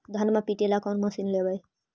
धनमा पिटेला कौन मशीन लैबै?